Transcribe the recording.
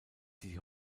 die